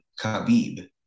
khabib